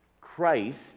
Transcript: Christ